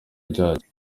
ryacyo